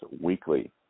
Weekly